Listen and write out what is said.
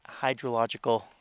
hydrological